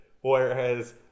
Whereas